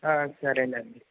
సరేనండి